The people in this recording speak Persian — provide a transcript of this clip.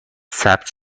ثبت